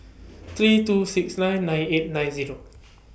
three two six nine nine eight nine Zero